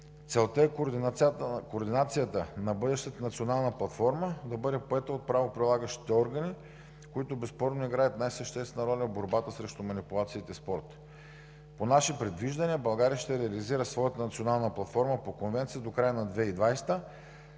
Целта е координацията на бъдещата национална платформа да бъде поета от правоприлагащите органи, които безспорно играят най-съществена роля в борбата срещу манипулациите в спорта. По наше предвиждане България ще реализира своята национална платформа по Конвенцията до края на 2020 г.,